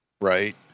right